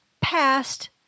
past